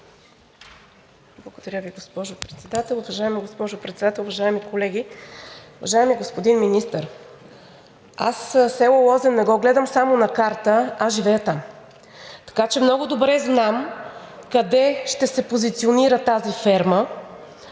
Уважаема госпожо Председател, уважаеми колеги! Уважаеми господин Министър, аз село Лозен не го гледам само на карта, аз живея там, така че много добре знам къде ще се позиционира тази ферма.